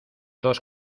dos